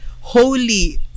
holy